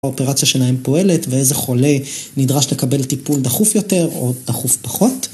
האופרציה שלהם פועלת ואיזה חולה נדרש לקבל טיפול דחוף יותר או דחוף פחות.